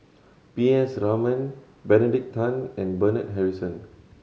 P S Raman Benedict Tan and Bernard Harrison